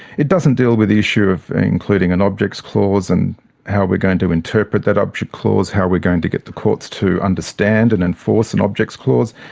it doesn't deal with the issue of including an objects clause, and how we're going to interpret that object clause, how we're going to get the courts to understand and enforce an objects clause,